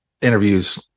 interviews